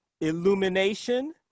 Illumination